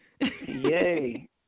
Yay